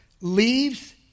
leaves